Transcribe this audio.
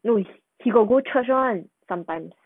no she got go church [one] sometimes